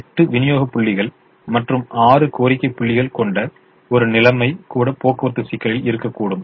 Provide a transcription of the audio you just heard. எட்டு விநியோக புள்ளிகள் மற்றும் ஆறு கோரிக்கை புள்ளிகள் கொண்ட ஒரு நிலைமை கூட போக்குவரத்துக்கு சிக்கலில் இருக்கக்கூடும்